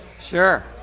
Sure